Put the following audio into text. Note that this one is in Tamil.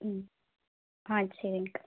ம் ஆ சரிங்க்கா